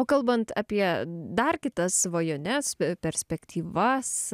o kalbant apie dar kitas svajones perspektyvas